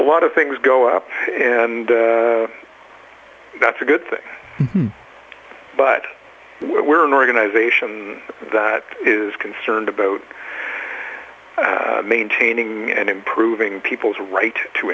a lot of things go up and that's a good thing but we're an organization that is concerned about maintaining and improving people's right to